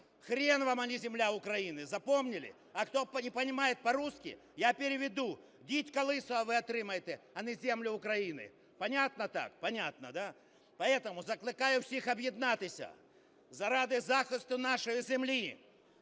хрен вам, а не земля Украины! Запомнили? А кто не понимает по-русски, я переведу: дідька лисого ви отримаєте, а не землю України! Понятно так? Понятно, да. Поэтому закликаю всіх об'єднатися заради захисту нашої землі.